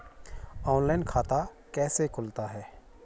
Online खाता कैसे खुलता है?